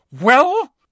Well